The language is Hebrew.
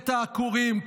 את העקורים?